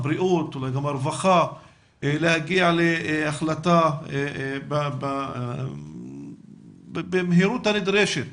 הבריאות וגם הרווחה להגיע להחלטה במהירות הנדרשת